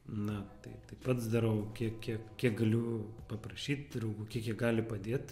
na tai tai pats darau kiek kiek kiek galiu paprašyt draugų kiek jie gali padėt